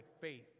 faith